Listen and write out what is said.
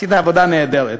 עשית עבודה נהדרת.